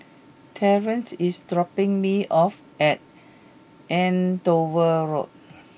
Terrence is dropping me off at Andover Road